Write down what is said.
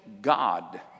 god